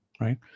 right